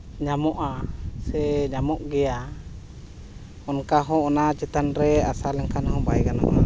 ᱧᱟᱢᱚᱜᱼᱟ ᱥᱮ ᱧᱟᱢᱚᱜ ᱜᱮᱭᱟ ᱚᱱᱠᱟ ᱦᱚᱸ ᱚᱱᱟ ᱪᱮᱛᱟᱱ ᱨᱮ ᱟᱥᱟ ᱞᱮᱱᱠᱷᱟᱱ ᱦᱚᱸ ᱵᱟᱭ ᱜᱟᱱᱚᱜᱼᱟ